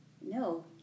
No